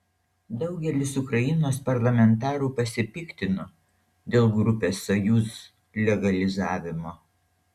daugelis ukrainos parlamentarų pasipiktino dėl grupės sojuz legalizavimo